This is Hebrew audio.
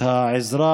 את העזרה